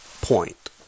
point